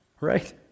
Right